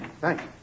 Thanks